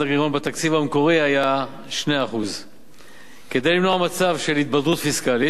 הגירעון בתקציב המקורי היה 2%. כדי למנוע מצב של התבדרות פיסקלית,